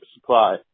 supply